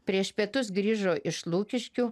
prieš pietus grįžo iš lukiškių